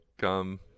come